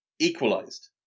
equalised